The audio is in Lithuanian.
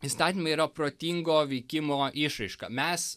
įstatymai yra protingo veikimo išraiška mes